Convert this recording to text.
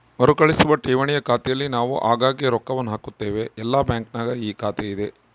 ಮರುಕಳಿಸುವ ಠೇವಣಿಯ ಖಾತೆಯಲ್ಲಿ ನಾವು ಆಗಾಗ್ಗೆ ರೊಕ್ಕವನ್ನು ಹಾಕುತ್ತೇವೆ, ಎಲ್ಲ ಬ್ಯಾಂಕಿನಗ ಈ ಖಾತೆಯಿದೆ